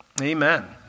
Amen